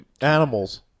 Animals